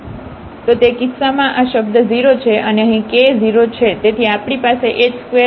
તો તે કિસ્સામાં આ શબ્દ 0 છે અને અહીં k 0 છે